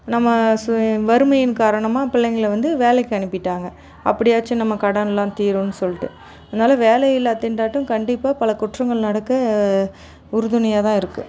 நம்ம சு வறுமையின் காரணமாக பிள்ளைங்களை வந்து வேலைக்கு அனுப்பிவிட்டாங்க அப்படியாச்சும் நம்ம கடன்லாம் தீருன்னு சொல்லிட்டு அதனால் வேலையில்லாத் திண்டாட்டம் கண்டிப்பாக பல குற்றங்கள் நடக்க உறுதுணையாக தான் இருக்கு